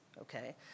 okay